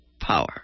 power